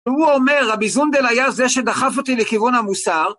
והוא אומר, רבי זונדל היה זה שדחף אותי לכיוון המוסר.